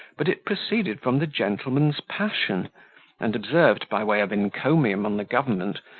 but it proceeded from the gentleman's passion and observed, by way of encomium on the government,